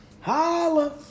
Holla